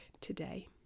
today